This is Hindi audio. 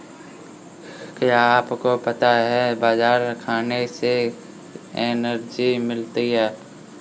क्या आपको पता है बाजरा खाने से एनर्जी मिलती है?